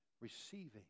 receiving